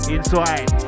Inside